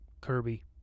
Kirby